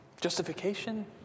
Justification